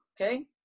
okay